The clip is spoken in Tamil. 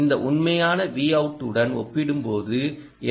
இந்த உண்மையான Vout உடன் ஒப்பிடும்போது எல்